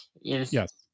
Yes